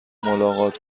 ملاقات